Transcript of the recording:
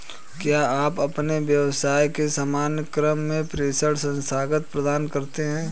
क्या आप अपने व्यवसाय के सामान्य क्रम में प्रेषण स्थानान्तरण प्रदान करते हैं?